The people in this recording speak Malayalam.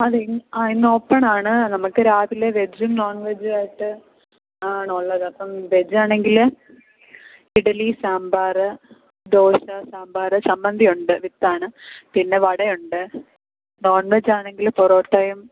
അതെ ആ ഇന്ന് ഓപ്പൺ ആണ് നമുക്ക് രാവിലെ വെജും നോൺ വെജും ആയിട്ട് ആണുള്ളത് അപ്പം വെജ് ആണെങ്കിൽ ഇഡലി സാമ്പാർ ദോശ സാമ്പാർ ചമ്മന്തി ഉണ്ട് വിത്ത് ആണ് പിന്ന വട ഉണ്ട് നോൺ വെജ് ആണെങ്കിൽ പൊറോട്ടയും